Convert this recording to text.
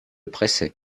pressait